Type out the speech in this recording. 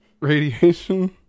radiation